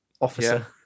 officer